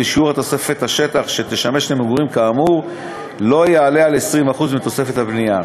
ושיעור תוספת השטח שתשמש למגורים כאמור לא יעלה על 20% מתוספת הבנייה.